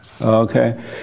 okay